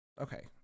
okay